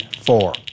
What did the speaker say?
four